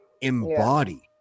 embody